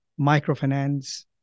Microfinance